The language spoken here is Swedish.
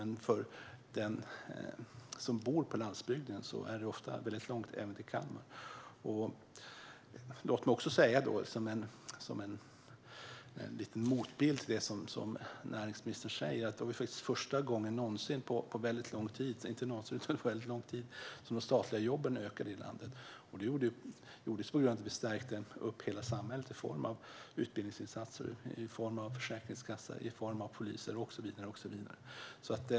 Men för den som bor på landsbygden är det ofta väldigt långt även till Kalmar. Låt mig också säga, som en liten motbild till det som näringsministern säger, att det faktiskt var första gången på väldigt lång tid som de statliga jobben ökade i landet. Det gjordes på grund av att vi stärkte hela samhället i form av utbildningsinsatser, i form av försäkringskassa, i form av poliser och så vidare.